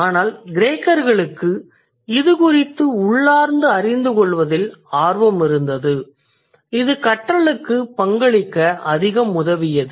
ஆனால் கிரேக்கர்களுக்கு இது குறித்த உள்ளார்ந்து அறிந்து கொள்வதில் ஆர்வம் இருந்தது இது கற்றலுக்கு பங்களிக்க அதிகம் உதவியது